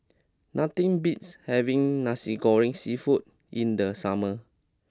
nothing beats having Nasi Goreng seafood in the summer